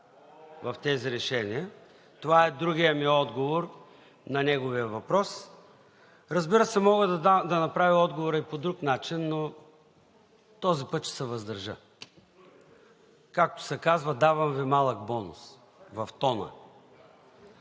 в тези решения. Това е другият ми отговор на неговия въпрос. Разбира се, мога да направя отговора и по друг начин, но този път ще се въздържа. Както се казва – давам Ви малък бонус в тона.